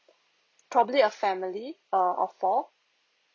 probably a family err of four